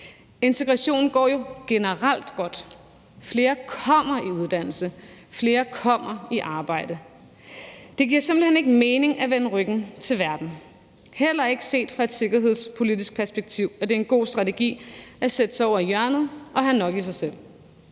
Integrationen går jo generelt godt. Flere kommer i uddannelse, og flere kommer i arbejde. Det giver simpelt hen ikke mening at vende ryggen til verden. Heller ikke set fra et sikkerhedspolitisk perspektiv er det en god strategi at sætte sig over i hjørnet og have nok i sig selv.